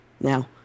now